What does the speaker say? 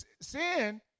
sin